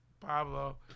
pablo